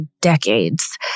decades